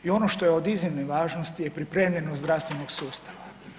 I ono što je od iznimne važnosti je pripremljenost zdravstvenog sustava.